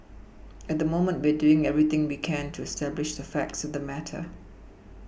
at the moment we are doing everything we can to establish the facts of the matter